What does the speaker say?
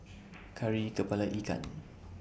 Kari Kepala Ikan